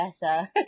better